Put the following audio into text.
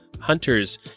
hunters